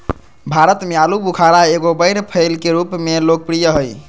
भारत में आलूबुखारा एगो बैर फल के रूप में लोकप्रिय हइ